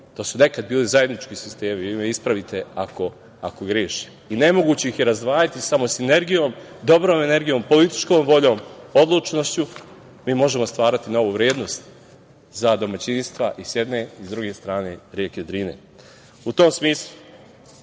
To su nekada bili zajednički sistemi. Vi me ispravite ako grešim. Nemoguće ih je razdvajati. Samo dobrom sinergijom, političkom voljom, odlučnošću mi možemo stvarati novu vrednost za domaćinstva s jedne i s druge strane reke Drine.U tom smislu,